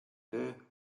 töö